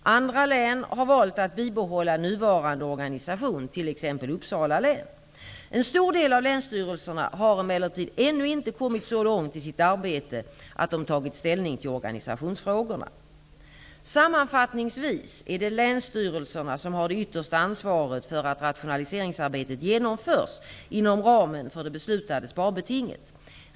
Andra län har valt att bibehålla nuvarande organisation, t.ex. Uppsala län. En stor del av länsstyrelserna har emellertid ännu inte kommit så långt i sitt arbete att de tagit ställning till organisationsfrågorna. Sammanfattningsvis är det länsstyrelserna som har det yttersta ansvaret för att rationaliseringsarbetet genomförs inom ramen för det beslutade sparbetinget.